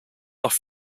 off